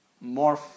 More